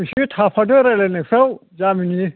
इसे थाफादो रायज्लायनायफ्राव जामिननि